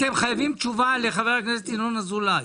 אתם חייבים תשובה לחבר הכנסת ינון אזולאי.